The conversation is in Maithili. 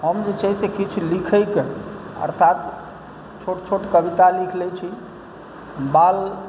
हम जे छै से किछु लिखैके अर्थात् छोट छोट कविता लिख लै छी बाल